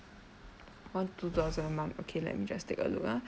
one two thousand a month okay let me just take a look ah